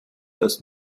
das